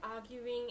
arguing